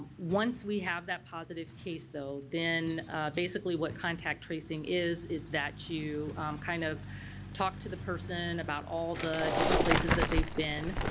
once we have that positive case though then basically what contact tracing is is that you kind of talk to the person about all the different places that they've been